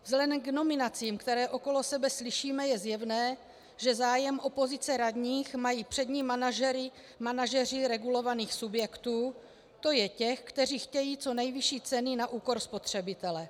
Vzhledem k nominacím, které okolo sebe slyšíme, je zjevné, že zájem o pozice radních mají přední manažeři regulovaných subjektů, to je těch, kteří chtějí co nejvyšší ceny na úkor spotřebitele.